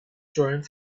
drawing